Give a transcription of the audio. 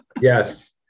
Yes